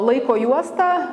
laiko juostą